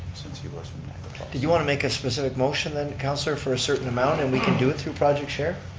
since he was did you want to make a specific motion then, councilor, for a certain amount and we can do it through project share?